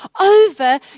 over